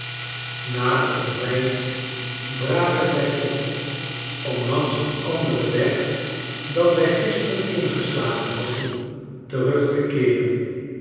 na t ontbijt braken wy op om langs een anderen weg dan wij gister ingeslagen hadden terug te keeren